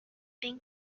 being